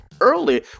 early